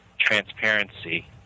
transparency